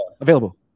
Available